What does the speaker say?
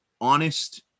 honest